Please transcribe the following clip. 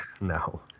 No